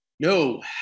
No